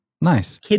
Nice